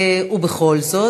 ובכל זאת,